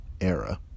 era